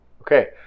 Okay